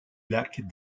lac